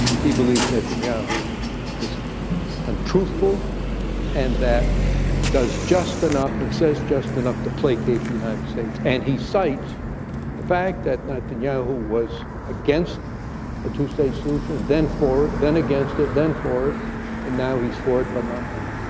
he believes netanyahu is untruthful and that does just enough and says just enough to placate the united states, and he cites the fact that netanyahu was against a two state solution, then for it, then against it, then for and now he's for it, but not now.